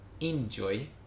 enjoy